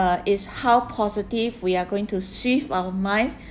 uh it's how positive we are going to switch our mind